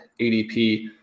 ADP